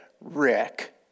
Rick